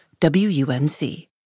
WUNC